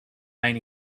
main